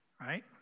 Right